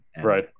Right